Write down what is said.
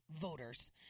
voters